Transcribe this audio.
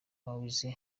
mowzey